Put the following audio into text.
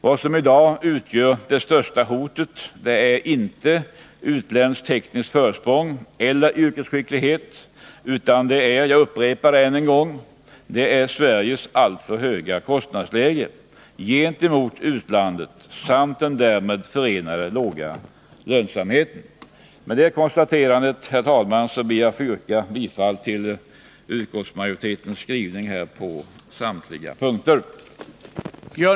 Vad som i dag utgör det största hotet är inte utländskt tekniskt försprång eller yrkesskicklighet, utan det är — jag upprepar det än en gång — Sveriges alltför höga kostnadsläge gentemot utlandet samt den därmed förenade låga lönsamheten. Med detta konstaterande, herr talman, ber jag att få yrka bifall till utskottsmajoritetens hemställan på samtliga punkter.